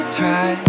try